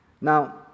Now